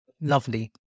Lovely